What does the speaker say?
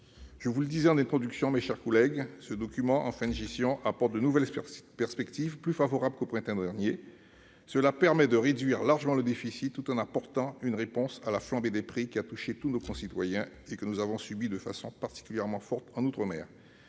je l'ai indiqué en introduction, ce texte de fin de gestion recèle de nouvelles perspectives plus favorables qu'au printemps dernier. Cela permet de réduire largement le déficit, tout en apportant une réponse à la flambée des prix qui a touché tous nos concitoyens et que nous avons subie de façon particulièrement forte en outre-mer.